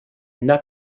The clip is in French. n’a